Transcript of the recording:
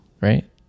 right